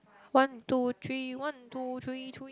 one two three one two three three